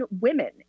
women